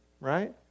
Right